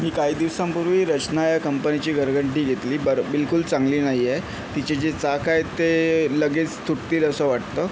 मी काही दिवसांपूर्वी रचना या कंपनीची घरघंटी घेतली बरं बिलकुल चांगली नाही आहे तिचे जे चाकं आहेत ते लगेच तुटतील असं वाटतं